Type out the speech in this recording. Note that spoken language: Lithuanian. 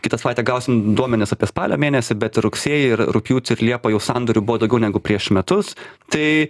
kitą savaitę gausim duomenis apie spalio mėnesį bet ir rugsėjį ir rugpjūtį ir liepą jau sandorių buvo daugiau negu prieš metus tai